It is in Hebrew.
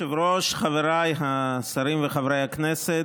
אדוני היושב-ראש, חבריי השרים וחברי הכנסת,